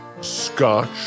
Scotch